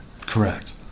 Correct